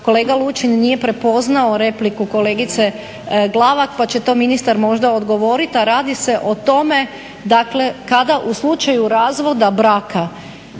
kolega Lučin nije prepoznao repliku kolegice Glavak pa će to ministar možda odgovoriti, a radi se o tome dakle kada u slučaju razvoda braka